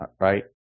right